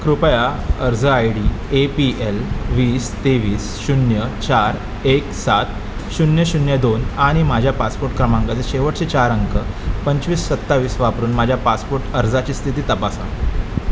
कृपया अर्ज I D A P L वीस तेवीस शून्य चार एक सात शून्य शून्य दोन आणि माझ्या पासपोट क्रमांकाचे शेवटचे चार अंक पंचवीस सत्तावीस वापरून माझ्या पासपोट अर्जाची स्थिती तपासा